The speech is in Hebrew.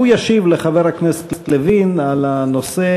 והוא ישיב לחבר הכנסת לוין בנושא: